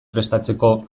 prestatzeko